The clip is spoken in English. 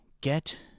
Get